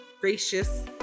gracious